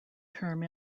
term